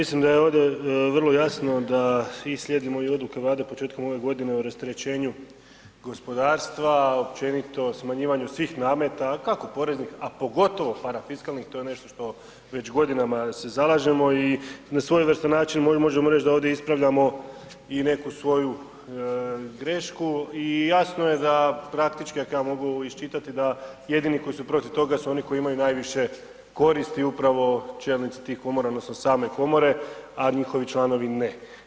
Mislim da je ovdje vrlo jasno da i slijedimo i odluke Vlade početkom ove godine o rasterećenju gospodarstva općenito smanjivanju svih nameta, kako poreznih, a pogotovo parafiskalnih to je nešto što već godinama se zalažemo i na svojevrstan način možemo reći da ovdje ispravljamo i neku svoju grešku i jasno je da praktički da ak ja mogu ovo iščitati da jedini koji su protiv toga su oni koji imaju najviše koristi upravo čelnici tih komora odnosno same komore, a njihovi članovi ne.